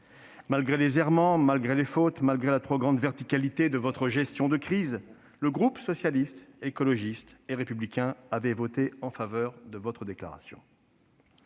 Malgré les errements, malgré les fautes, malgré la trop grande verticalité de votre gestion de crise, le groupe Socialiste, Écologiste et Républicain avait voté en faveur de votre déclaration.